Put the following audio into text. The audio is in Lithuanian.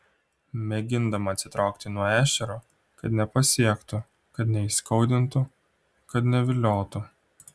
mėgindama atsitraukti nuo ešerio kad nepasiektų kad neįskaudintų kad neviliotų